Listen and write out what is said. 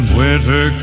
winter